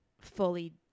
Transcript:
fully